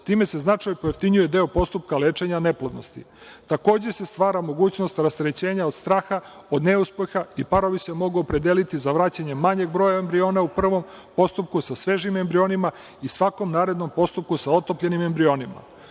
time se značajno pojeftinjuje deo postupka lečenja neplodnosti. Takođe se stvara mogućnost rasterećenja od straha, od neuspeha i parovi se mogu opredeliti za vraćanje manjeg broja embriona u prvom postupku sa svežim embrionima i svakom narednom postupku sa otopljenim embrionima. Konačno,